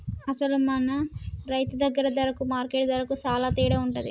అసలు మన రైతు దగ్గర ధరకు మార్కెట్ ధరకు సాలా తేడా ఉంటుంది